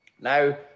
Now